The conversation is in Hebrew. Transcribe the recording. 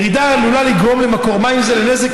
ירידה העלולה לגרום למקור מים זה לנזק